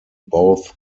both